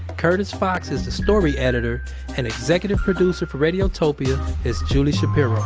curtis fox is the story editor and executive producer for radiotopia is julie shapiro.